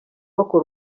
akora